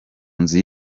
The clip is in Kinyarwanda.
nzu